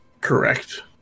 Correct